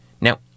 now